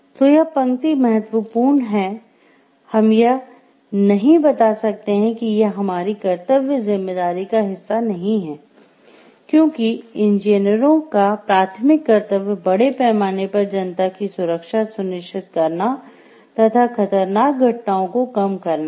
तो यह पंक्ति महत्वपूर्ण है हम यह नहीं बता सकते हैं कि यह हमारी कर्तव्य जिम्मेदारी का हिस्सा नहीं है क्योंकि इंजीनियरों का प्राथमिक कर्तव्य बड़े पैमाने पर जनता की सुरक्षा सुनिश्चित करना तथा खतरनाक घटनाओं को कम करना है